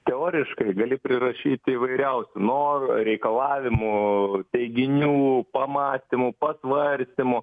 teoriškai gali prirašyti įvairiausių norų reikalavimų teiginių pamąstymų pasvarstymų